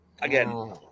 Again